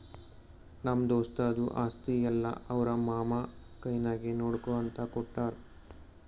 ನಮ್ಮ ದೋಸ್ತದು ಆಸ್ತಿ ಎಲ್ಲಾ ಅವ್ರ ಮಾಮಾ ಕೈನಾಗೆ ನೋಡ್ಕೋ ಅಂತ ಕೊಟ್ಟಾರ್